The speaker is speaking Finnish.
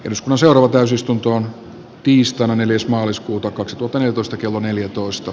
ismo seuraava täysistuntoon tiistaina neljäs maaliskuuta kaksituhattaneljätoista kello neljätoista